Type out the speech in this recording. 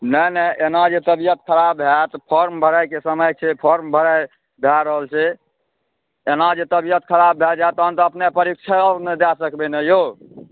नहि नहि एना जे तबियत खराब हैत तऽ फॉर्म भरैके समय छै फॉर्म भराए भऽ रहल छै एना जे तबियत खराब भऽ जाएत तहन तऽ अपने परीक्षो नहि दऽ सकबै यौ